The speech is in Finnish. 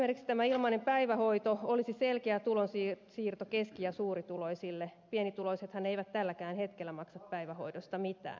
esimerkiksi tämä ilmainen päivähoito olisi selkeä tulonsiirto keski ja suurituloisille pienituloisethan eivät tälläkään hetkellä maksa päivähoidosta mitään